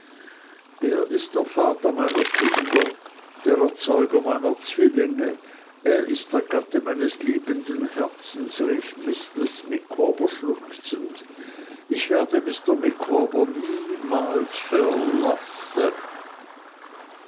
er ist der vater meiner kinder der erzeuger meiner zwillinge er ist der gatte meines liebenden herzens rief mrs micawber schluchzend ich werde mr micawber niemals verlassen